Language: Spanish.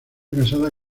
casada